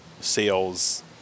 sales